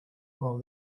while